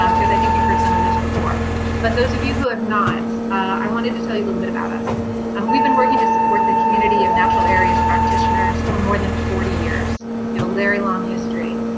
um because i think you've heard some of this before but those of you who have not i wanted to tell you a little bit about us and we've been working to support the community of natural areas practitioners for more than forty years yuval larry long history